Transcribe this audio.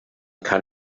kann